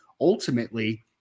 ultimately